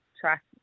track